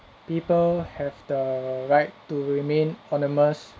people have the right to remain anonymous